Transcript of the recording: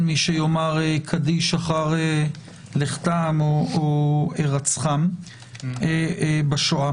מי שיאמר קדיש אחר לכתם או הירצחם בשואה.